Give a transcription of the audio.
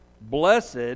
Blessed